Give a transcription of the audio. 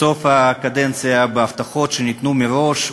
בסוף הקדנציה, בהבטחות שניתנו מראש.